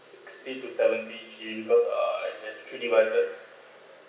sixty to seventy gigabytes because I actually